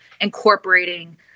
incorporating